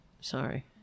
Sorry